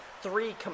three